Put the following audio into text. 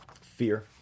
fear